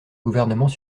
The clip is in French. gouvernements